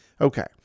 Okay